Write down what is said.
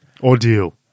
Ordeal